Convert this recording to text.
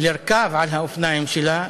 לרכב על האופניים שלה,